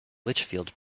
litchfield